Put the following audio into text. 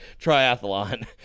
triathlon